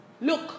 look